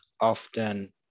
often